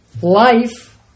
life